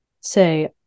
say